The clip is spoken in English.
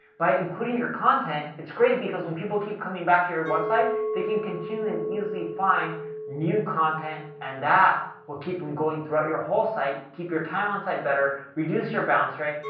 by including your content, it's great because when people keep coming back to your and website, they can continually and easily find new content and that will keep them going throughout your whole site, keep your time on site better, reduce your bounce rate,